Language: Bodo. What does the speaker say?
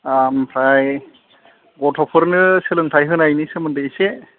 ओमफ्राय गथ'फोरनो सोलोंथाय होनायनि सोमोन्दै एसे